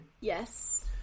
Yes